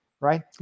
Right